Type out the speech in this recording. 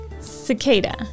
Cicada